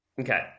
Okay